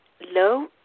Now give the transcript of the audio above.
low